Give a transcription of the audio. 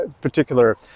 particular